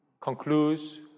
concludes